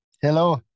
Hello